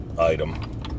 item